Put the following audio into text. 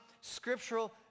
scriptural